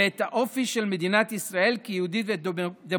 את האופי של מדינת ישראל כמדינה יהודית ודמוקרטית".